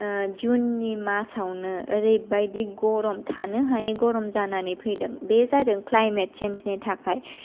जुननि मासावनो ओरैबादि गरम थानो हायै गरम जानानै फैदों बे जादों क्लाइमेट सेन्सनि थाखाय